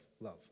love